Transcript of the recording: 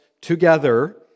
together